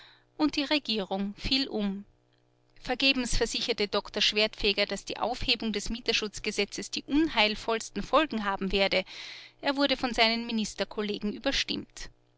und die regierung fiel um vergebens versicherte doktor schwertfeger daß die aufhebung des mieterschutzgesetzes die unheilvollsten folgen haben werde er wurde von seinen ministerkollegen überstimmt